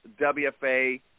WFA